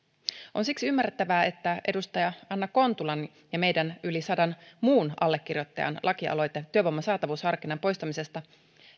on siksi ymmärrettävää että edustaja anna kontulan ja meidän yli sadan muun allekirjoittajan laki aloite työvoiman saatavuusharkinnan poistamisesta